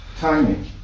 Timing